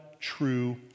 true